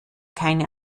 keine